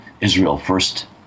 Israel-first